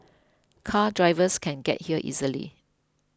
car drivers can get here easily